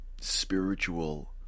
Spiritual